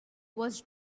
was